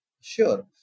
Sure